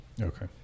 Okay